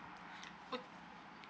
but